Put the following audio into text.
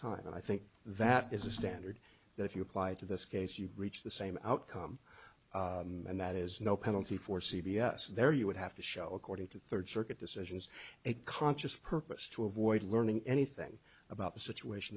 time and i think that is a standard that if you apply to this case you reach the same outcome and that is no penalty for c b s there you would have to show according to third circuit decisions a conscious purpose to avoid learning anything about the situation